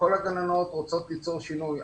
כל הגננות רוצות ליצור שינוי.